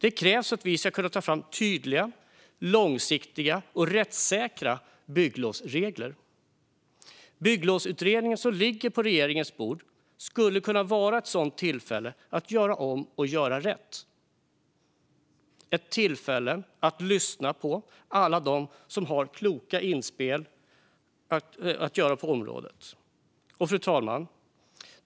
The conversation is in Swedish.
Det krävs för att vi ska kunna ta fram tydliga, långsiktiga och rättssäkra bygglovsregler. Bygglovsutredningen, som ligger på regeringens bord, skulle kunna vara ett sådant tillfälle att göra om och göra rätt. Det kunde vara ett tillfälle att lyssna på alla dem som har kloka inspel att göra på området. Fru talman!